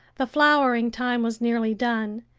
the flowering-time was nearly done,